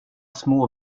små